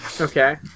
Okay